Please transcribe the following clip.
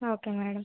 okay madam